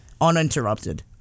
Uninterrupted